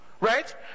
Right